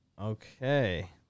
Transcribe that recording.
Okay